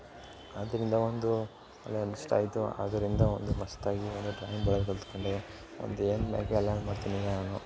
ಆದ್ದರಿಂದ ಒಂದು ಒಳ್ಳೆ ಆಯಿತಾ ಆದ್ದರಿಂದ ಒಂದು ಮಸ್ತಾಗಿ ಒಂದು ಡ್ರಾಯಿಂಗ್ ಕಲಿತ್ಕೊಂಡೆ ಒಂದು ಏನು ಬೇಕು ಎಲ್ಲವೂ ಮಾಡ್ತೀನಿ ನಾನು